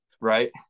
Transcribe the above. Right